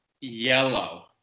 yellow